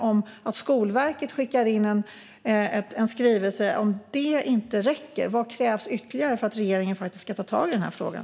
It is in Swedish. Om en skrivelse från Skolverket inte räcker, vad krävs ytterligare för att regeringen ska ta tag i den här frågan?